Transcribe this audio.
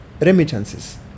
remittances